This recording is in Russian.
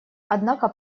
однако